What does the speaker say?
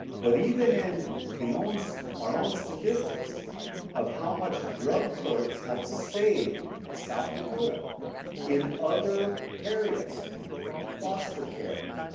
but even in the owns our own statistics of how much drug courts have saved south dakota in other areas foster care